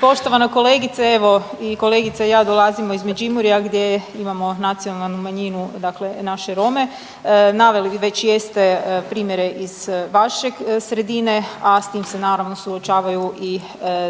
Poštovana kolegice evo kolegica i ja dolazimo iz Međimurja gdje imamo nacionalnu manjinu dakle naše Rome. Naveli vi već jeste primjere iz vaše sredine, a s tim se naravno suočavaju i